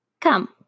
come